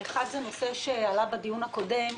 אחד הנושא שעלה בדיון הקודם,